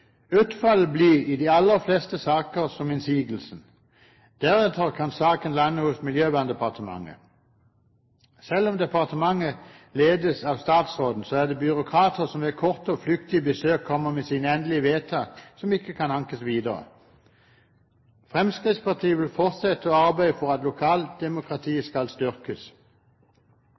Utfallet blir i de aller fleste saker som innsigelsen. Deretter kan saken lande hos Miljøverndepartementet. Selv om departementet ledes av statsråden, er det byråkrater som ved korte og flyktige besøk kommer med sine endelige vedtak som ikke kan ankes videre. Fremskrittspartiet vil fortsette å arbeide for at lokaldemokratiet skal styrkes.